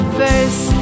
face